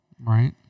right